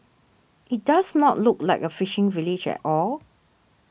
it does not look like a fishing village at all